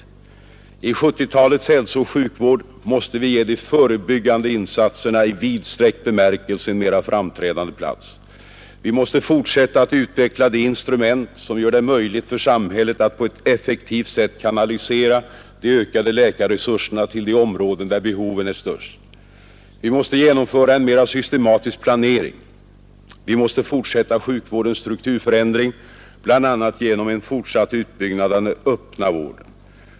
I 1970-talets hälsooch sjukvård måste vi ge de förebyggande insatserna i vidsträckt bemärkelse en mera framträdande plats. Vi måste fortsätta att utveckla de instrument som gör det möjligt för samhället att på ett effektivt sätt kanalisera de ökande läkarresurserna till de områden där behoven är störst. Vi måste genomföra en mera systematisk planering. Vi måste fortsätta sjukvårdens strukturförändring, bl.a. genom en fortsatt utbyggnad av den öppna vården.